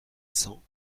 cents